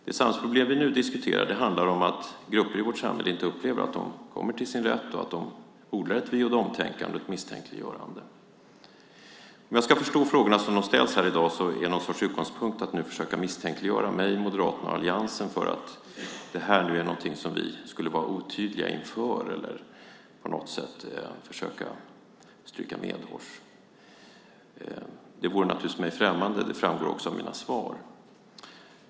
Det samhällsproblem som vi nu diskuterar handlar om att grupper i vårt samhälle inte upplever att de kommer till sin rätt och att de odlar ett vi-och-de-tänkande och ett misstänkliggörande. Om jag förstår frågorna som de ställs här i dag är det någon sorts utgångspunkt att nu försöka misstänkliggöra mig, Moderaterna och alliansen för att detta är någonting som vi skulle vara otydliga inför eller på något sätt försöka stryka medhårs. Det vore naturligtvis mig främmande. Det framgår också av mina svar.